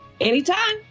Anytime